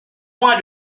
moi